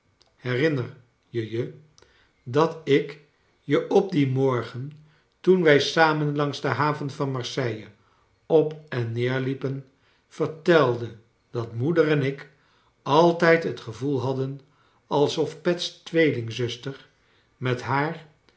berinner je je dat ik je op dien morgen toen wij samen langs de haven van marseille op en neerliepen vertelde dat moeder en ik altijd het gevoel hadden alsof pet's tweelingzuster met haar